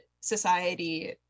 society